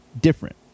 different